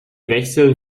wechseln